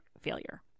failure